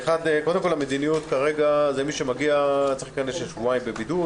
המדיניות כרגע היא שמי שמגיע צריך להיכנס לשבועיים בבידוד.